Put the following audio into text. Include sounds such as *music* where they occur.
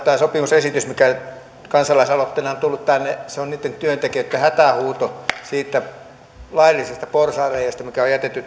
*unintelligible* tämä nollatuntisopi musesitys mikä kansalaisaloitteena on tullut tänne on työntekijöitten hätähuuto siitä laillisesta porsaanreiästä mikä on jätetty *unintelligible*